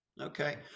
okay